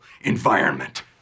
environment